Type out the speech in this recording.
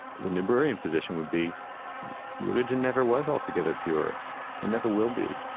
the niebuhrian position would be religion never was altogether pure and never will be.